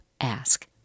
ask